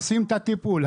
עושים את הטיפול,